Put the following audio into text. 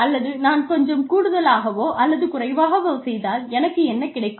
அல்லது நான் கொஞ்சம் கூடுதலாகவோ அல்லது குறைவாகவோ செய்தால் எனக்கு என்ன கிடைக்கும்